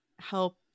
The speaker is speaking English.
help